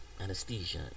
anesthesia